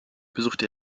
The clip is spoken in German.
besuchte